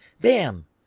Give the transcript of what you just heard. bam